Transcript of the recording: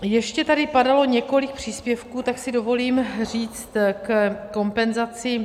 Ještě tady padalo několik příspěvků, tak si dovolím říct ke kompenzacím.